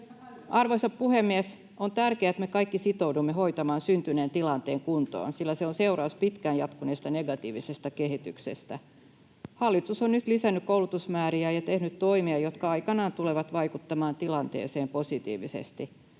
Arvoisa puhemies! On tärkeää, että me kaikki sitoudumme hoitamaan syntyneen tilanteen kuntoon, sillä se on seuraus pitkään jatkuneesta negatiivisesta kehityksestä. Hallitus on nyt lisännyt koulutusmääriä ja tehnyt toimia, jotka aikanaan tulevat vaikuttamaan tilanteeseen positiivisesti.